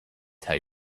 tell